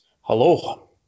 Hello